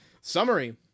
Summary